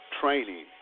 training